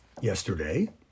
yesterday